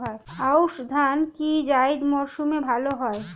আউশ ধান কি জায়িদ মরসুমে ভালো হয়?